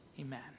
Amen